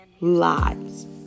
lives